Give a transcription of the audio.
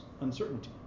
uncertainty